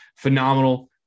phenomenal